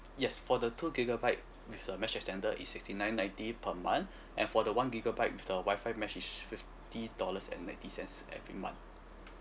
yes for the two gigabyte with the mesh extender is sixty nine ninety per month and for the one gigabyte with the wifi mesh is fifty dollars and ninety cents every month